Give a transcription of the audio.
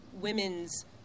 women's